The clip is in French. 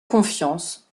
confiance